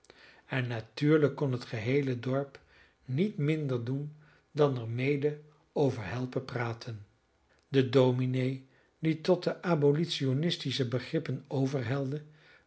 en natuurlijk kon het geheele dorp niet minder doen dan er mede over helpen praten de dominee die tot de abolitionistische begrippen